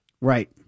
Right